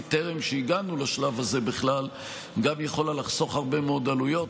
טרם שהגענו לשלב הזה בכלל גם יכולה לחסוך הרבה מאוד עלויות,